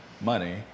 money